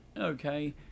Okay